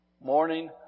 Morning